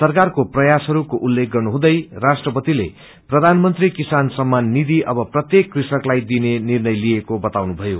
सरकारको प्रयासहरूको उल्लीख गर्नुहँदै राष्ट्रपतिले प्रधानमंत्री किसान सम्मान निधि अब प्रत्येक कृषकलाई दिने निर्णय लिइएको बताउनुभयो